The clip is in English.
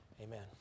Amen